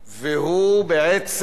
והוא בעצם,